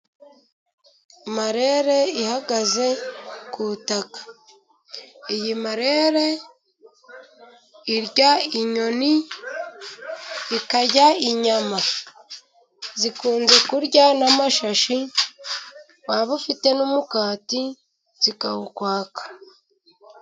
Marere ihagaze ku butaka. Iyi marere irya inyoni, ikarya inyama. Zikunze kurya n'amashashi, waba ufite n'umugati zikawukwaka.